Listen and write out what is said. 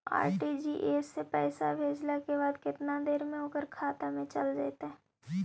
RTGS से पैसा भेजला के बाद केतना देर मे ओकर खाता मे चल जितै?